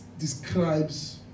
Describes